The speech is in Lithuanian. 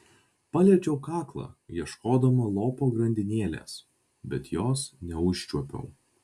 paliečiau kaklą ieškodama lopo grandinėlės bet jos neužčiuopiau